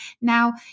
now